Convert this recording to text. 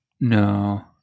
No